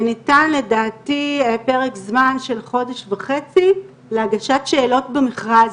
וניתן לדעתי פרק זמן של חודש וחצי להגשת שאלות במכרז.